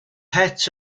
het